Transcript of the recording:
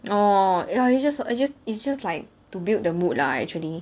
orh ya it's just it's just it's just like to build the mood lah actually